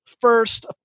First